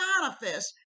manifest